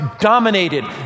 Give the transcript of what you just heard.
dominated